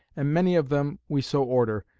and many of them we so order,